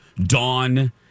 Dawn